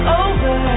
over